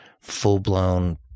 full-blown